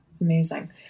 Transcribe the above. Amazing